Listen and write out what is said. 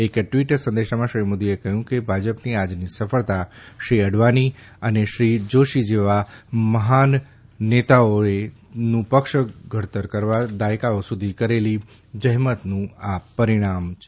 એક ટ્વીટ સંદેશમાં શ્રી મોદીએ કહ્યું છે કે ભાજપની આજની સફળતા શ્રી અડવાણી અને શ્રી જોષી જેવા મહાન નેતાઓએ પક્ષનું ઘડતર કરવા દાયકાઓ સુધી કરેલી જહેમતનું પરિણામ છે